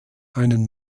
einen